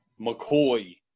McCoy